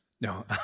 No